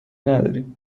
نداریم